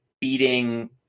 beating